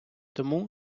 тому